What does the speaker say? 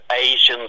Asians